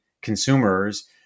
consumers